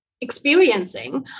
experiencing